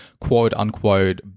quote-unquote